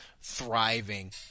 thriving